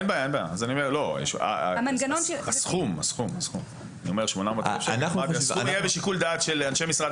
רק הסכום יהיה בשיקול דעת של אנשי משרד